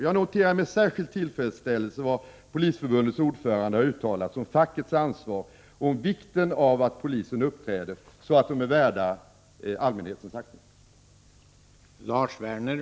Jag noterar med särskild tillfredsställelse vad Polisförbundets ordförande har uttalat om fackets ansvar och om vikten av att poliserna uppträder så att de är värda allmänhetens aktning.